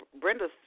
Brenda